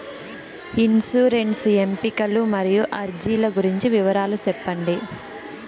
insurance ఎంపికలు మరియు అర్జీల గురించి వివరాలు సెప్పండి